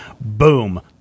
boom